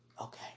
Okay